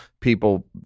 people